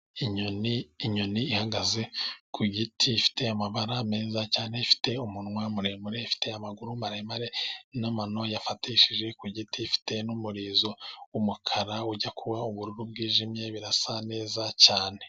Inyoni ihagaze ku giti. Ifite amabara meza cyane. Ifite umunwa muremure, ifite amaguru maremare n'amano yafatishije ku giti. Ifite n'umurizo w'umukara ujya kuba ubururu bwijimye, birasa neza cyane.